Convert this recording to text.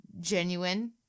genuine